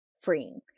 freeing